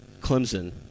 Clemson